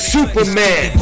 Superman